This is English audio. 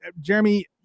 jeremy